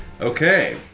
Okay